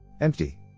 Empty